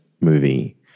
movie